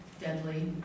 deadly